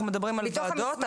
אנחנו מדברים על ועדות,